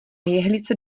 jehlice